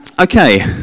Okay